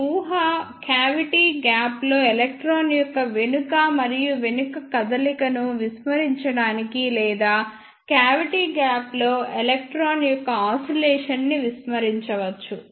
ఈ ఊహ క్యావిటీ గ్యాప్లో ఎలక్ట్రాన్ యొక్క వెనుక మరియు వెనుక కదలికను విస్మరించడానికి లేదా క్యావిటీ గ్యాప్లో ఎలక్ట్రాన్ యొక్క ఆసిలేషన్ ని విస్మరించవచ్చు